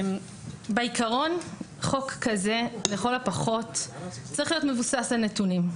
בעיקרון חוק כזה לכל הפחות צריך להיות מבוסס על נתונים.